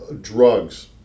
Drugs